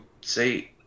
say